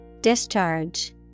Discharge